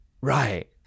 right